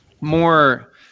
more